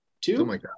two